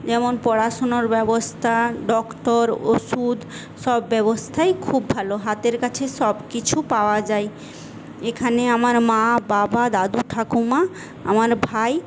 যেমন পড়াশুনোর ব্যবস্থা ডক্টর ওষুধ সব ব্যবস্থাই খুব ভালো হাতের কাছে সবকিছু পাওয়া যায় এখানে আমার মা বাবা দাদু ঠাকুমা আমার ভাই